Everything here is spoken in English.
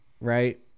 right